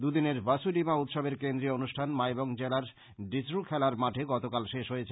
দু দিনের বসু ডিমা উৎসবের কেন্দ্রীয় অনুষ্ঠান মাইবং জেলার ডিসরু খেলার মাঠে গতকাল শেষ হয়েছে